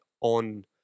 on